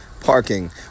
Parking